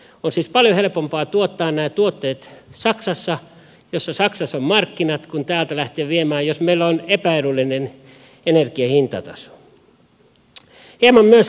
on siis paljon helpompaa tuottaa nämä tuotteet saksassa jossa on markkinat kuin täältä lähteä viemään jos meillä on epäedullinen energian hintataso